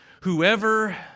...whoever